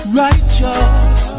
righteous